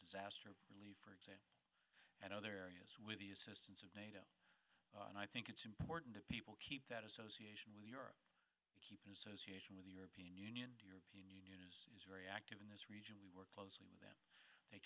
disaster relief for example and other areas with the assistance of nato and i think it's important that people keep that association with keep association with the european union european union is very active in this region we work closely with them they